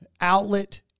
outlet